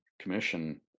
Commission